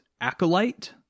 Acolyte